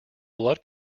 blood